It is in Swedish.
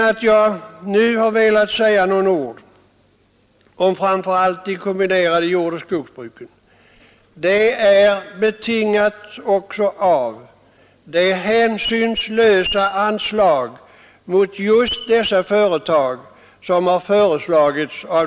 Att jag nu har velat säga några ord om framför allt de kombinerade jordoch skogsbruken är betingat av skogspolitiska utredningens hänsynslösa anslag mot just dessa företag.